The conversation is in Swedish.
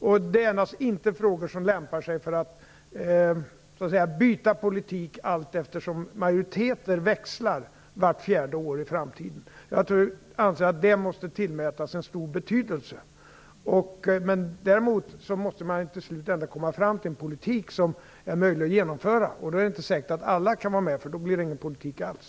Det är naturligtvis inte frågor som lämpar sig för att byta politik allteftersom majoriteterna växlar, vart fjärde år i framtiden. Jag anser att det måste tillmätas en stor betydelse. Däremot måste man till slut ändå komma fram till en politik som är möjlig att genomföra. Då är det inte säkert att alla kan vara med, för då blir det ingen politik alls.